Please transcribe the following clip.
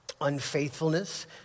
unfaithfulness